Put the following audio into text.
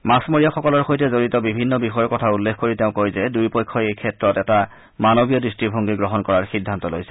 মাছমৰীয়াসকলৰ সৈতে জড়িত বিভিন্ন বিষয়ৰ কথা উল্লেখ কৰি তেওঁ কয় যে দুয়োপক্ষই এইক্ষেত্ৰত এটা মানৱীয় দৃষ্টিভংগী গ্ৰহণ কৰাৰ সিদ্ধান্ত লৈছে